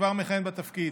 שכבר מכהן בתפקיד.